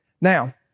Now